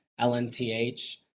LNTH